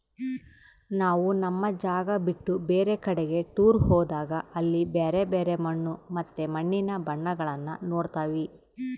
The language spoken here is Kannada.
ನಾವು ನಮ್ಮ ಜಾಗ ಬಿಟ್ಟು ಬೇರೆ ಕಡಿಗೆ ಟೂರ್ ಹೋದಾಗ ಅಲ್ಲಿ ಬ್ಯರೆ ಬ್ಯರೆ ಮಣ್ಣು ಮತ್ತೆ ಮಣ್ಣಿನ ಬಣ್ಣಗಳನ್ನ ನೋಡ್ತವಿ